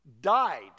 died